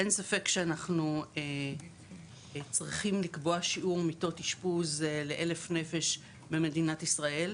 אין ספק שאנחנו צריכים לקבוע שיעור מיטות אשפוז לאלף נפש במדינת ישראל.